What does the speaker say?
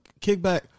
kickback